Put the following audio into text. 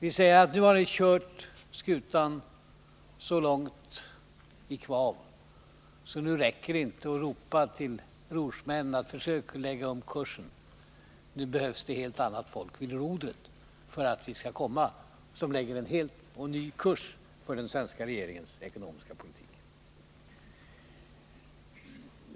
Nu säger vi att ni har kört skutan så djupt i kvav att det inte räcker att uppmana rorsmännen att försöka lägga om kursen — nu behövs det annat folk vid rodret som lägger en helt ny kurs för den svenska ekonomiska politiken.